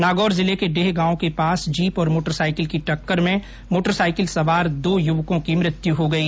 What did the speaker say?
नागौर जिले के डेह गांव के पास जीप और मोटरसाइकिल की टक्कर में मोटरसाइकिल सवार दो युवकों की मृत्यु हो गई